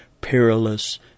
perilous